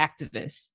activists